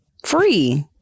Free